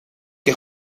qué